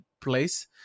place